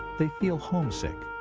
they feel homesick.